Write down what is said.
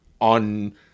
on